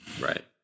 right